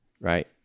Right